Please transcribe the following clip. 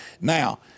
Now